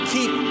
Keep